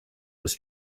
was